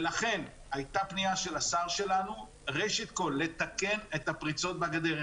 ולכן הייתה פנייה של השר שלנו ראשית לתקן את הפריצות בגדר.